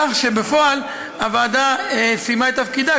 כך שבפועל הוועדה סיימה את תפקידה,